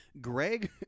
Greg